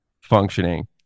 functioning